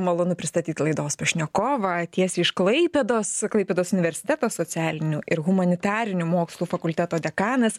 malonu pristatyt laidos pašnekovą tiesiai iš klaipėdos klaipėdos universiteto socialinių ir humanitarinių mokslų fakulteto dekanas